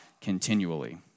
continually